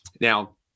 Now